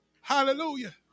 Hallelujah